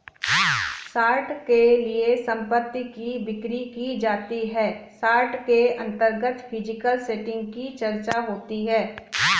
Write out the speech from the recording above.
short के लिए संपत्ति की बिक्री की जाती है शॉर्ट के अंतर्गत फिजिकल सेटिंग की चर्चा होती है